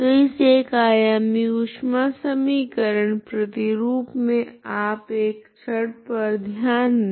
तो इस एक आयामी ऊष्मा समीकरण प्रतिरूप मे आप एक छड़ पर ध्यान दे